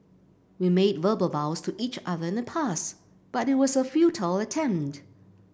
we made verbal vows to each other in the past but it was a futile attempt